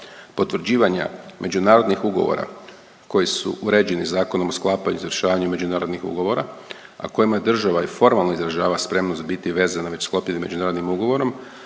potvrđivanja međunarodnih ugovora koji su uređeni Zakonom o sklapanju i izvršavanju međunarodnih ugovora, a kojima država i formalno izražava spremnost biti vezana već sklopljenim međunarodnim ugovorom,